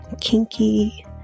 kinky